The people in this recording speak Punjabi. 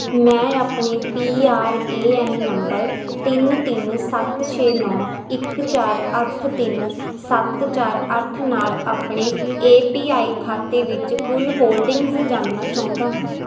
ਮੈਂ ਆਪਣੇ P R A N number ਤਿੰਨ ਤਿੰਨ ਸੱਤ ਛੇ ਨੌਂ ਇੱਕ ਚਾਰ ਅੱਠ ਤਿੰਨ ਸੱਤ ਚਾਰ ਅੱਠ ਨਾਲ ਆਪਣੇ ਏ ਪੀ ਆਈ ਖਾਤੇ ਵਿੱਚ ਕੁੱਲ ਹੋਲਡਿੰਗਜ਼ ਜਾਣਨਾ ਚਾਹੁੰਦਾ ਹਾਂ